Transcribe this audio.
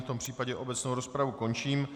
V tom případě obecnou rozpravu končím.